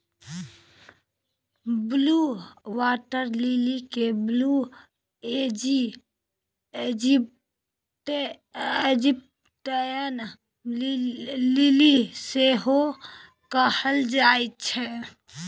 blue water lily केँ blue Egyptian lily सेहो कहल जाइ छै